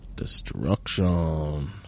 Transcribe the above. Destruction